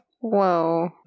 Whoa